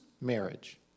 Marriage